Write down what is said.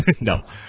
No